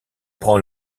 prend